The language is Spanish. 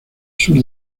sur